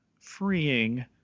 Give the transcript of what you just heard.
freeing